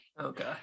okay